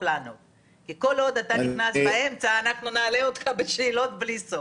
זה פשוט נורא ואיום.